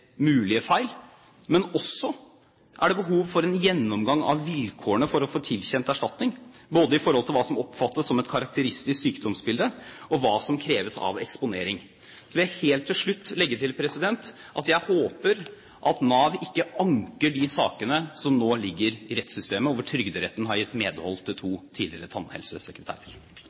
mulige feil. Men det er også behov for en gjennomgang av vilkårene for å få tilkjent erstatning, både i forhold til hva som oppfattes som et karakteristisk sykdomsbilde, og hva som kreves av eksponering. Så vil jeg helt til slutt legge til at jeg håper at Nav ikke anker de sakene som nå ligger i rettssystemet, og hvor Trygderetten har gitt medhold til to tidligere tannhelsesekretærer.